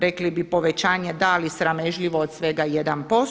Rekli bi povećanje da, ali sramežljivo od svega 1%